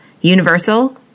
Universal